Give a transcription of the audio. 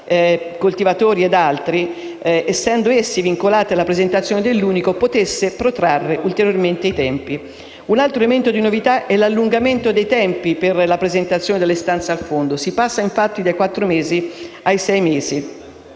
Un altro elemento di novità è l'allungamento dei tempi per la presentazione delle istanze al fondo: si passa infatti dai quattro mesi ai sei mesi.